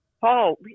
Paul